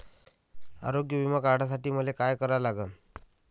आरोग्य बिमा काढासाठी मले काय करा लागन?